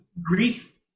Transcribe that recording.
grief